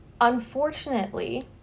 Unfortunately